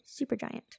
supergiant